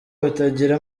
batagira